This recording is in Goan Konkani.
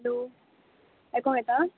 हॅलो आयको येता